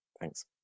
Thanks